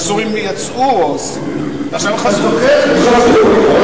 שהסורים יצאו ועכשיו הם חזרו.